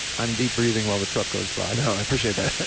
i'm deep breathing while the truck goes by. no, i appreciate that.